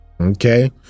Okay